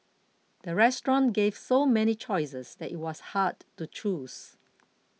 the restaurant gave so many choices that it was hard to choose